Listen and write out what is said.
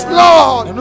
lord